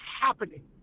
happening